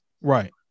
Right